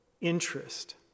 interest